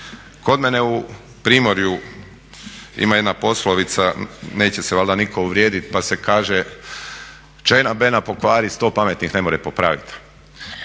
Kod mene u primorju ima jedna poslovica, neće se valjda nitko uvrijedit pa se kaže "ča jena bena pokvari sto pametnih ne more popravit".